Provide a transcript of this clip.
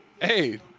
Hey